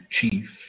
chief